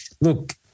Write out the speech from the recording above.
look